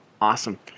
awesome